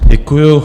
Děkuju.